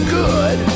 good